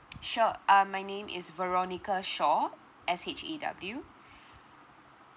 sure um my name is veronica shaw S H A W